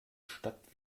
stadt